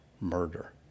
murder